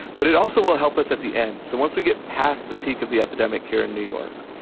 but it also will help us at the end. so once we get past the peak of the epidemic here in new york,